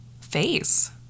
face